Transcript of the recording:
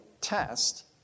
test